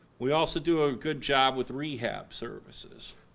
we also do a good job with rehab services.